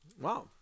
Wow